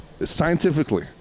Scientifically